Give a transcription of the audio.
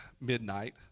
midnight